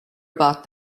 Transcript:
about